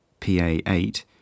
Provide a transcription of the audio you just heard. PA8